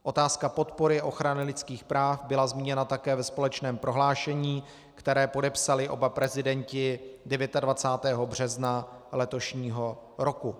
Otázka podpory ochrany lidských práv byla zmíněna také ve společném prohlášení, které podepsali oba prezidenti 29. března letošního roku.